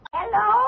Hello